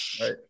Right